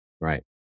right